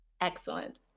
Excellent